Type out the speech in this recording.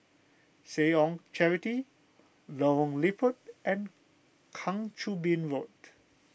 Seh Ong Charity Lorong Liput and Kang Choo Bin Road